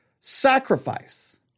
sacrifice